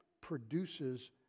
produces